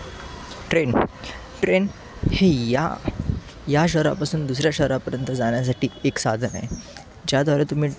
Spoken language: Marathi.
ट्रेन ट्रेन ही या या शहरापासून दुसऱ्या शहरापर्यंत जाण्यासाठी एक साधन आहे ज्याद्वारे तुम्ही